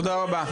תודה רבה.